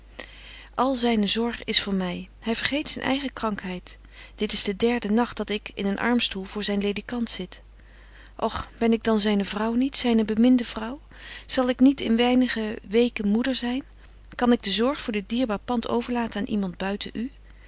al zyne zorg is voor my hy vergeet zyn eigen krankheid dit is de derde nagt dat ik in een armstoel voor zyn ledikant zit och ben ik dan zyne vrouw niet zyne beminde vrouw zal ik niet in weinige weken moeder zyn kan ik de zorg voor dit dierbaar pand overlaten aan iemand buiten u